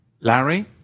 Larry